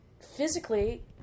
physically